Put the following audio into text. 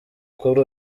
kuri